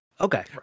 Okay